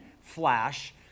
flash